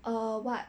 err what